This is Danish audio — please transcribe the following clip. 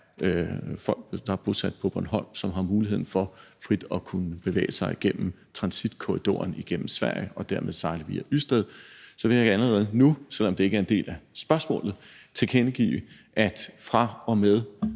der er bosat på Bornholm, som har muligheden for frit at kunne bevæge sig igennem transitkorridoren igennem Sverige og dermed sejle via Ystad, så kan jeg allerede nu, selv om det ikke er en del af spørgsmålet, tilkendegive, at fra og med